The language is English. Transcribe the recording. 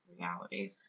reality